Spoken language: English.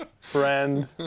friend